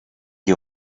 you